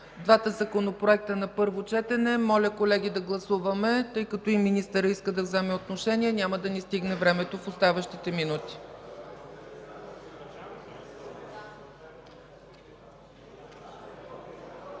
двата законопроекта на първо четене. Моля, колеги, да гласуваме, тъй като и министърът иска да вземе отношение, няма да ни стигне времето в оставащите минути.